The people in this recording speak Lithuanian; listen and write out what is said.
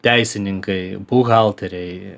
teisininkai buhalteriai